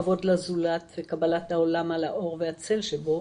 כבוד לזולת וקבלת העולם על האור והצל שבו